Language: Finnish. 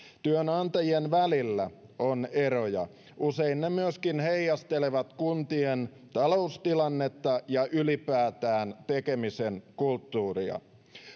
työnantajien välillä on eroja usein ne myöskin heijastelevat kuntien taloustilannetta ja ylipäätään tekemisen kulttuuria